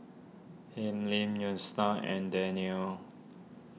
Hilmi and Daniel